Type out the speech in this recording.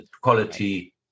quality